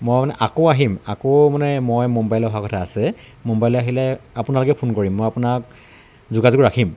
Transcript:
মই মানে আকৌ আহিম আকৌ মানে মই মুম্বাইলৈ অহা কথা আছে মুম্বাইলৈ আহিলে আপোনালৈকেই ফোন কৰিম মই আপোনাক যোগাযোগ ৰাখিম